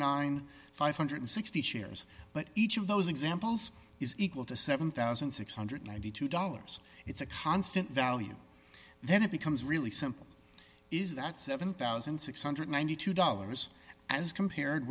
thousand five hundred and sixty dollars shares but each of those examples is equal to seven thousand six hundred and ninety two dollars it's a constant value then it becomes really simple is that seven thousand six hundred and ninety two dollars as compared